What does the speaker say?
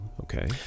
Okay